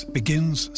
begins